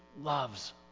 loves